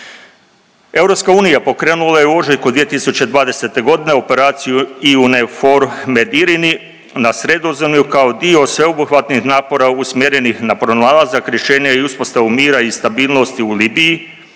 EU pokrenula je … kod 2020.g. operaciju EUNAVFOR MED IRINI na Sredozemlju kao dio sveobuhvatnih napora usmjerenih na pronalazak, rješenje i uspostavu mira i stabilnosti u Libiji.